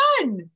done